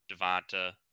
Devonta